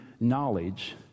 knowledge